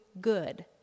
good